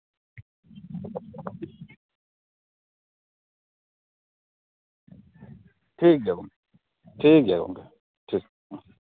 ᱴᱷᱤᱠᱜᱮᱭᱟ ᱜᱚᱝᱠᱮ ᱴᱷᱤᱠᱜᱮᱭᱟ ᱜᱚᱝᱠᱮ ᱴᱷᱤᱠ ᱦᱮᱸ